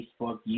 Facebook